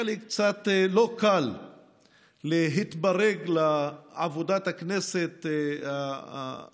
היה לי קצת לא קל להתברג לעבודת הכנסת המהירה,